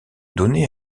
donné